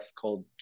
called